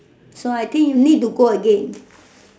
so I think need to go again